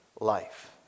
life